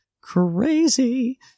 crazy